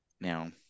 Now